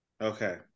Okay